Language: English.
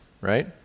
right